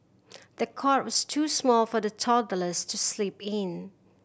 the cot was too small for the toddlers to sleep in